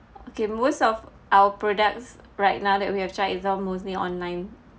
okay most of our products right now that we have child is all mostly online